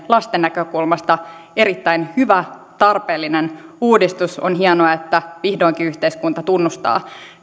lasten näkökulmasta erittäin hyvä ja tarpeellinen uudistus on hienoa että vihdoinkin yhteiskunta tunnustaa